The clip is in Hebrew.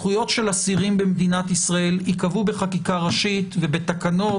זכויות של אסירים במדינת ישראל ייקבעו בחקיקה ראשית ובתקנות.